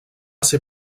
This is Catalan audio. ser